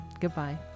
goodbye